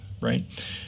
right